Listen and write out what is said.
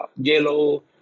yellow